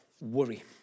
Worry